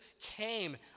came